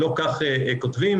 לא כך כותבים.